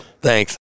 Thanks